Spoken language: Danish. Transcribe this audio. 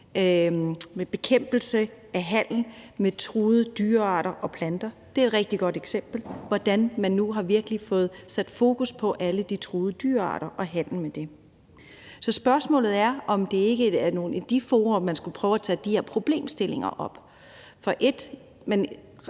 på bekæmpelse af handel med truede dyrearter og planter. Det er et rigtig godt eksempel på, hvordan man nu virkelig har fået sat fokus på alle de truede dyrearter og handelen med dem. Så spørgsmålet er, om det ikke er i nogle af de fora, man skulle prøve at tage de her problemstillinger op. For 1)